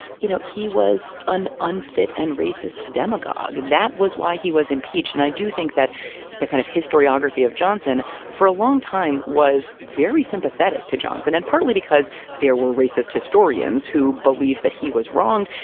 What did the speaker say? you know, he was an unfit and racist demagogue. that was why he was impeached. and i do think that the kind of historiography of johnson for a long time was very sympathetic to johnson, and partly because there were racist historians who believed that he was wronged,